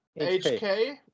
hk